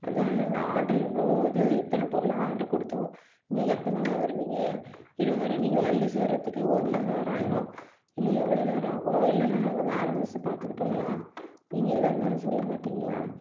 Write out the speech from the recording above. அதான் நாங்கள் ஆர்டரு இவ்வளோ இது இத்தனை பொருளும் ஆர்டர் கொடுத்தோம் இன்னும் எப்போ தாங்க வருவீங்க இன்னும் வேறே நீங்கள் வந்து சேர்றதுக்கே ஒரு மணி நேரம் ஆகிரும் இன்னும் எவ்வளோ நேரம் ஆகும் இல்லைன்னா நாங்கள் வேறே மெஸ்ஸு பார்த்துக்கிட்டுங்களா நீங்கள் எதாக இருந்தாலும் சொல்ல மாட்டிங்களா